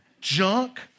junk